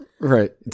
Right